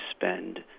spend